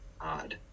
odd